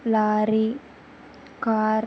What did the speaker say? lorry car